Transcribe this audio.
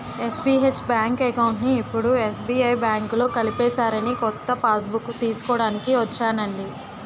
SBH bank అకౌంట్ని ఇప్పుడు SBI బాంకులో కలిపేసారని కొత్త పాస్బుక్కు తీస్కోడానికి ఒచ్చానండి